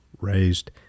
raised